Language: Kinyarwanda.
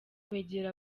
kwegera